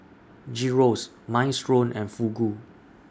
Gyros Minestrone and Fugu